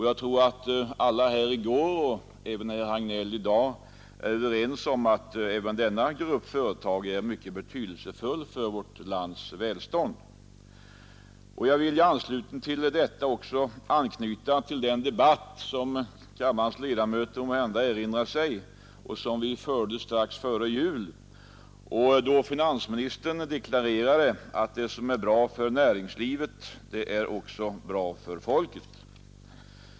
Jag tror att alla de som talade i går och även herr Hagnell är ense med mig om att också denna grupp av företag är mycket betydelsefull för vårt lands välstånd. Jag vill i anslutning till detta även anknyta till den debatt som kammarens ledamöter måhända erinrar sig och som vi förde strax före jul, då finansministern deklarerade att det som är bra för näringslivet det är också bra för folket.